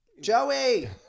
Joey